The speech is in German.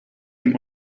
dem